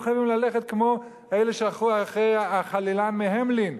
חייבים ללכת כמו אלה שהלכו אחרי החלילן מהמלין,